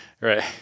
Right